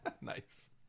Nice